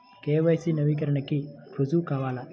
KYC నవీకరణకి రుజువు కావాలా?